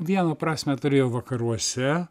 vieną prasmę turėjo vakaruose